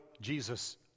Jesus